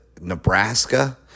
Nebraska